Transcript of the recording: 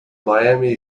miami